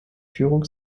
führung